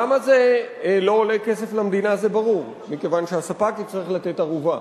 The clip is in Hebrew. למה זה לא עולה כסף למדינה זה ברור: מכיוון שהספק יצטרך לתת ערובה.